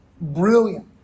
Brilliant